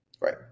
right